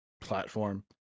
platform